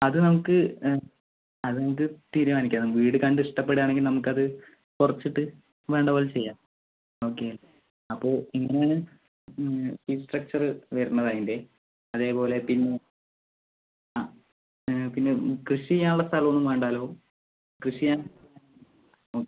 അതു നമുക്ക് അതു നമുക്ക് തീരുമാനിക്കാം വീടു കണ്ട് ഇഷ്ടപ്പെടുവാണെങ്കിൽ നമുക്കത് കുറച്ചിട്ട് വേണ്ടപോലെ ചെയ്യാം ഓക്കെ അപ്പോൾ ഇങ്ങനെയാണ് ഫീസ് സ്ട്രക്ച്ചർ വരുന്നത് അതിൻ്റെ അതേപോലെ പിന്നെ ആ പിന്നെ കൃഷി ചെയ്യാനുള്ള സ്ഥലമൊന്നും വേണ്ടല്ലോ കൃഷി ചെയ്യാൻ ഉം